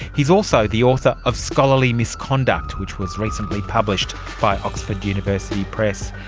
he is also the author of scholarly misconduct which was recently published by oxford university press.